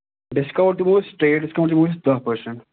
discount دِمو أسۍ trade discount دِمو أسۍ دَہ پٔرسنٛٹ